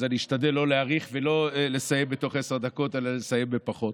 אז אני אשתדל לא להאריך ולא לסיים בעשר דקות אלא לסיים בפחות,